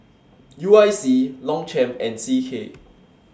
U I C Longchamp and C K